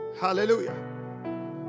Hallelujah